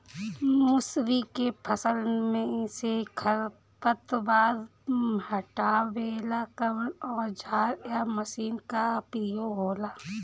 मसुरी के फसल मे से खरपतवार हटावेला कवन औजार या मशीन का प्रयोंग होला?